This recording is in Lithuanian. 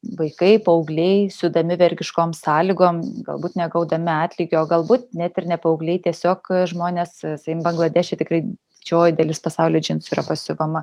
vaikai paaugliai siūdami vergiškom sąlygom galbūt negaudami atlygio galbūt net ir ne paaugliai tiesiog žmonės sakykim bangladeše tikrai didžioji dalis pasaulio džinsų yra susiuvama